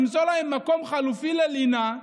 למצוא להם מקום חלופי ללינה,